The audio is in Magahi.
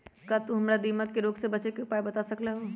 का तू हमरा दीमक के रोग से बचे के उपाय बता सकलु ह?